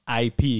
IP